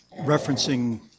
referencing